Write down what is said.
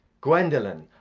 gwendolen,